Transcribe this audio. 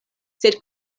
sed